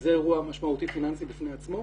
שזה אירוע משמעותי פיננסי בפני עצמו.